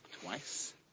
twice